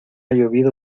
llovido